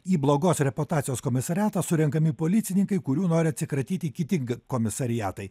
į blogos reputacijos komisariatą surenkami policininkai kurių nori atsikratyti kiti komisariatai